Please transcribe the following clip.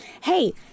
hey